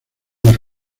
las